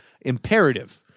imperative